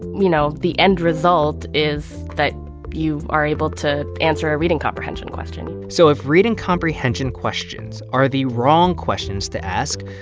you know, the end result is that you are able to answer a reading comprehension question? so if reading comprehension questions are the wrong questions to ask,